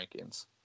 rankings